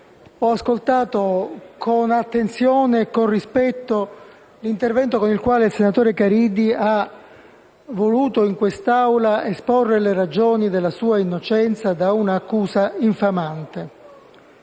parte) con attenzione e rispetto l'intervento con il quale il senatore Caridi ha voluto in quest'Aula esporre le ragioni della sua innocenza da un'accusa infamante.